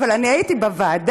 אבל אני הייתי בוועדה.